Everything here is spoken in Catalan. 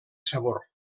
sabor